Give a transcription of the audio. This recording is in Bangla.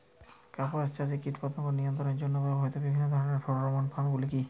কাপাস চাষে কীটপতঙ্গ নিয়ন্ত্রণের জন্য ব্যবহৃত বিভিন্ন ধরণের ফেরোমোন ফাঁদ গুলি কী?